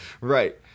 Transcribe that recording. right